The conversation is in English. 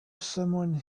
someone